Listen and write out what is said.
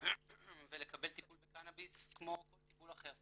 ולקבל טיפול בקנאביס כמו כל טיפול אחר.